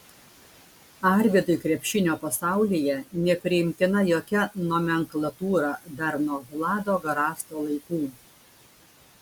arvydui krepšinio pasaulyje nepriimtina jokia nomenklatūra dar nuo vlado garasto laikų